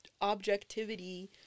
objectivity